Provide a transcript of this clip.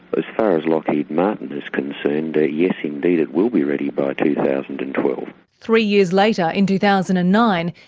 but as far as lockheed martin is concerned, ah yes indeed, it will be ready by two thousand and twelve. three years later in two thousand and nine,